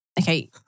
okay